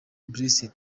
blessed